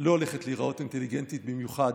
לא הולכת להיראות אינטליגנטית במיוחד.